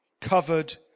covered